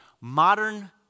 modern